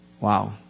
Wow